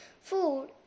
food